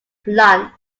plant